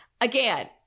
again